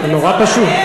זה נורא פשוט.